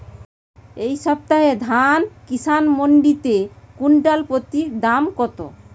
এই সপ্তাহে ধান কিষান মন্ডিতে কুইন্টাল প্রতি দাম কত?